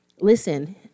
listen